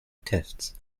tests